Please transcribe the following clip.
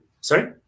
Sorry